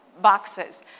boxes